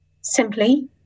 simply